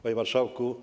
Panie Marszałku!